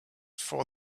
for